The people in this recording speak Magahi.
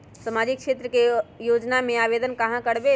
सामाजिक क्षेत्र के योजना में आवेदन कहाँ करवे?